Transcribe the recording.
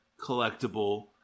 collectible